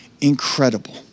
incredible